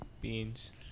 beans